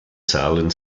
zahlen